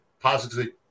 positively